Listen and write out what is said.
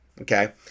okay